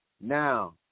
Now